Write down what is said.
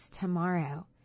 tomorrow